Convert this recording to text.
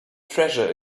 treasure